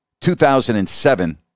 2007